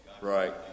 Right